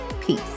Peace